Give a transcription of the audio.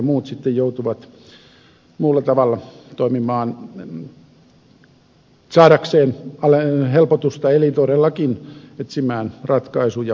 muut sitten joutuvat muulla tavalla toimimaan saadakseen helpotusta eli todellakin etsimään ratkaisuja ongelmiin